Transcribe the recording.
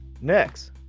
Next